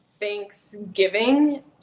Thanksgiving